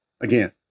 Again